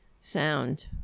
sound